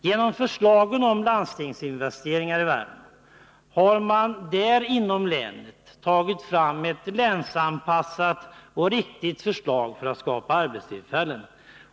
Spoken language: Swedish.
Genom förslagen om landstingsinvesteringar i Värmland har man inom länet tagit fram ett länsanpassat och riktigt förslag för att skapa arbetstillfällen.